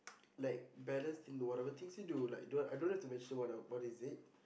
like balanced in whatever things we do like don't I don't have to mention what a what is it